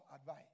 advice